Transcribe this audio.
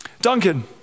Duncan